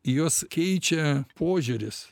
juos keičia požiūris